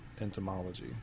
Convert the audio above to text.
entomology